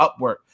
Upwork